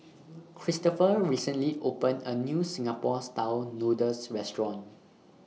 Kristofer recently opened A New Singapore Style Noodles Restaurant